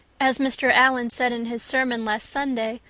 as mr. allan said in his sermon last sunday,